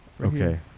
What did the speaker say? Okay